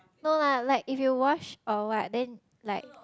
no lah like if you wash or what then like